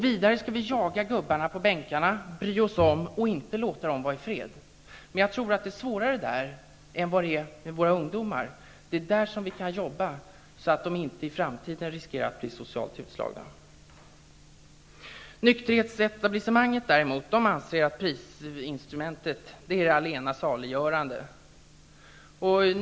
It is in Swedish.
Vidare skall vi jaga gubbarna på bänkarna, bry oss om och inte låta dem vara i fred. Men jag tror att det är svårare än när det gäller våra ungdomar. Det är med dem vi kan jobba, så att de inte riskerar att i framtiden bli socialt utslagna. Nykterhetsetablissemanget anser däremot att prisinstrumentet är det allena saliggörande.